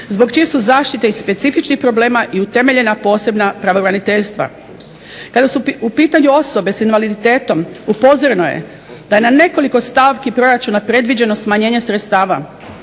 zbog čije su zaštite i specifičnih problema i utemeljena posebna pravobraniteljstva. Kada su u pitanju osobe sa invaliditetom upozoreno je da je na nekoliko stavki proračuna predviđeno smanjenje sredstava.